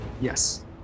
Yes